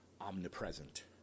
omnipresent